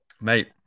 mate